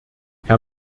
herr